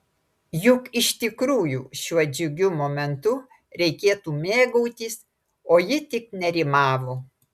juk iš tikrųjų šiuo džiugiu momentu reikėtų mėgautis o ji tik nerimavo